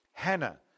Hannah